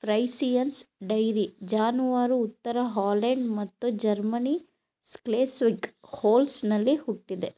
Friesians dairy ಜಾನುವಾರು ಉತ್ತರ Holland ಮತ್ತು ಜರ್ಮನಿ ಸ್ಕ್ಲೆಸ್ವಿಗ್ ಹೋಲ್ಸ್ಟೈನಲ್ಲಿ ಹುಟ್ಟಿದೆ